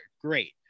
Great